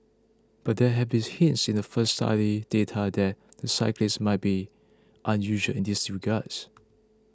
but there had been hints in the first study data that the cyclists might be unusual in these regards